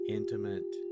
intimate